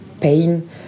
pain